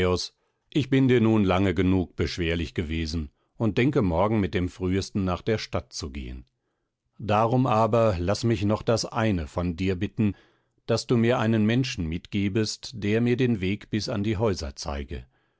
ich bin dir nun lange genug beschwerlich gewesen und denke morgen mit dem frühesten nach der stadt zu gehen darum aber laß mich noch das eine von dir bitten daß du mir einen menschen mitgebest der mir den weg bis an die häuser zeige